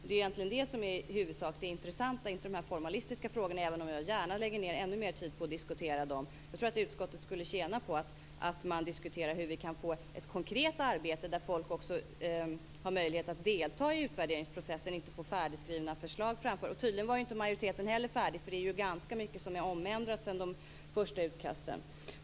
Det är egentligen det som är det intressanta och inte formalia, även om jag gärna lägger ned ännu mer tid på att diskutera dem. Jag tror att utskottet skulle tjäna på att man diskuterade hur vi kan få ett konkret arbete där människor också har möjlighet att delta i utvärderingsprocessen och inte får färdigskrivna förslag. Och tydligen var inte majoriteten heller färdig, eftersom det är ganska mycket som är omändrat sedan de första utkasten gjordes.